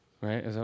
right